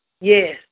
Yes